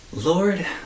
Lord